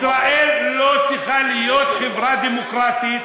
ישראל לא צריכה להיות חברה דמוקרטית,